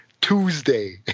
Tuesday